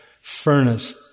furnace